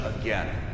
again